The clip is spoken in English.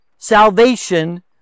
salvation